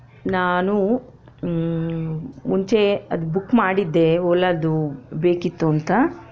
ನಾನು ಮುಂಚೆ ಅದು ಬುಕ್ ಮಾಡಿದ್ದೆ ಓಲಾದು ಬೇಕಿತ್ತು ಅಂತ